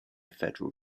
federal